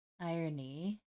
irony